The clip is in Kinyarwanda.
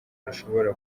rushobora